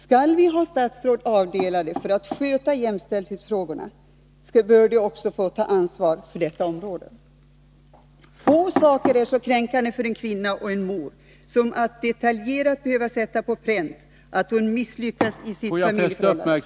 Skall vi ha statsråd avdelade för att sköta jämställdhetsfrågorna, bör de också få ta ansvar för detta område. Få saker är så kränkande för en kvinna och en mor som att detaljerat behöva sätta på pränt att hon misslyckats i sitt familjeförhållande.